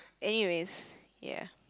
anyways ya